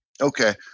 Okay